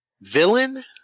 Villain